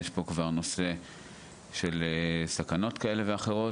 ויש פה כבר נושא של סכנות כאלה ואחרות